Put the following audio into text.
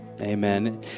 Amen